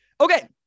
Okay